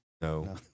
No